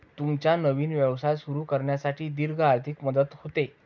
तुमचा नवीन व्यवसाय सुरू करण्यासाठी दीर्घ आर्थिक मदत होते